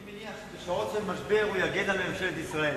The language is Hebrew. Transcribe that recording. אני מניח שבשעות של משבר הוא יגן על ממשלת ישראל,